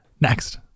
Next